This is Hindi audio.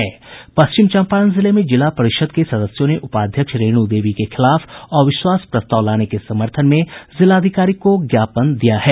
पश्चिम चम्पारण जिले में जिला परिषद के सदस्यों ने उपाध्यक्ष रेणु देवी के खिलाफ अविश्वास प्रस्ताव लाने के समर्थन में जिलाधिकारी को ज्ञापन दिया है